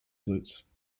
flutes